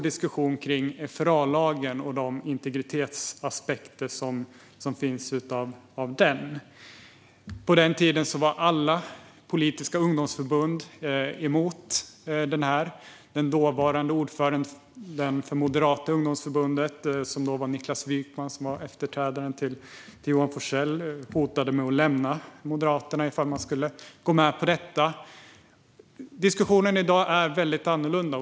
Diskussionen gällde FRAlagen och de integritetsaspekter som fanns som följd av den. På den tiden var alla politiska ungdomsförbund mot lagen. Den dåvarande ordföranden för Moderata Ungdomsförbundet Niklas Wykman, efterträdaren till Johan Forssell, hotade med att lämna Moderaterna ifall man skulle gå med på detta. Diskussionen i dag är väldigt annorlunda.